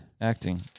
Acting